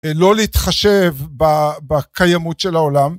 לא להתחשב בקיימות של העולם.